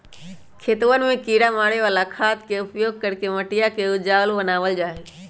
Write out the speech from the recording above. खेतवन में किड़ा मारे वाला खाद के उपयोग करके मटिया के उपजाऊ बनावल जाहई